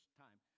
time